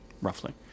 roughly